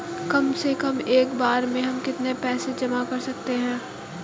कम से कम एक बार में हम कितना पैसा जमा कर सकते हैं?